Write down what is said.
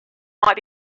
might